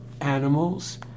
animals